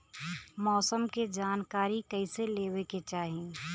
मौसम के जानकारी कईसे लेवे के चाही?